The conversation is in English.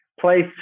place